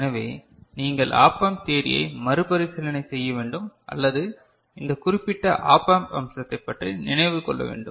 எனவே நீங்கள் op amp தியரியை மறுபரிசீலனை செய்ய வேண்டும் அல்லது இந்த குறிப்பிட்ட ஆப் ஆம்ப் அம்சத்தைப் பற்றி நினைவு கொள்ள வேண்டும்